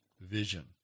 vision